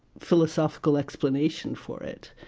philosophical explanation for it.